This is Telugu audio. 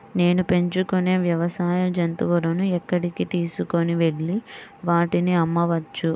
నేను పెంచుకొనే వ్యవసాయ జంతువులను ఎక్కడికి తీసుకొనివెళ్ళి వాటిని అమ్మవచ్చు?